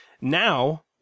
Now